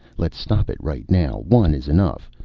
let's stop it right now. one is enough.